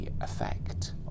effect